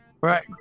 right